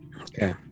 Okay